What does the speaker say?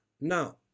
Now